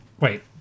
Wait